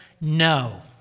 no